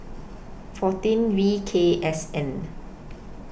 fourteen V K S N